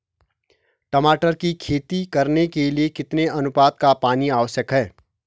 टमाटर की खेती करने के लिए कितने अनुपात का पानी आवश्यक है?